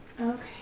Okay